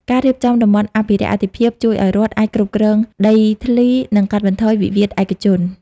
ការរៀបចំ "តំបន់អភិវឌ្ឍន៍អាទិភាព" ជួយឱ្យរដ្ឋអាចគ្រប់គ្រងដីធ្លី និងកាត់បន្ថយវិវាទឯកជន។